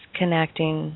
connecting